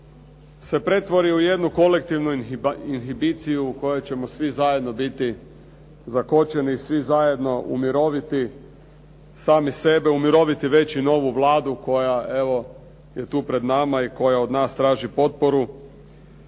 se pretvori u jednu kolektivu inhibiciju u kojoj ćemo svi zajedno biti zakočeni, svi zajedno umiroviti sami sebe, umiroviti već i novu Vladu koja evo, je tu pred nama i koja od nas traži potporu